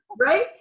Right